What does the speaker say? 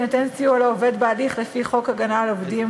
יינתן סיוע לעובד בהליך לפי חוק הגנה על עובדים